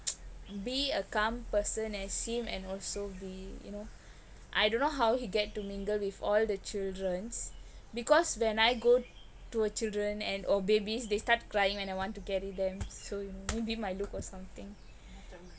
be a calm person as him and also be you know I don't know how he get to mingle with all the childrens because when I go to a children and or babies they start crying when I want to carry them so you know maybe my look or something